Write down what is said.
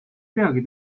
peagi